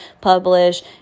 publish